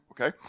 Okay